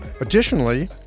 Additionally